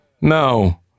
no